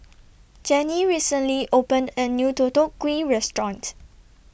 Jerrie recently opened A New Deodeok Gui Restaurant